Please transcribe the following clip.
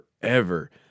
forever